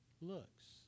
looks